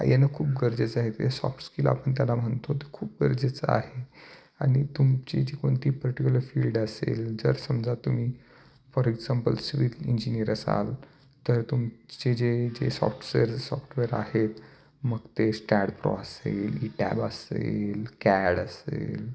येणं खूप गरजेचं आहे ते सॉफ्टस्किल आपण त्याला म्हणतो ते खूप गरजेचं आहे आणि तुमची जी कोणती पर्टिक्युलर फील्ड असेल जर समजा तुम्ही फॉर एक्झाम्पल सिविल इंजिनीअर असाल तर तुमचे जे जे सॉफ्टवेअर सॉफ्टवेअर आहेत मग ते स्टॅडप्रो असेल ई टॅब असेल कॅड असेल